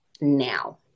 now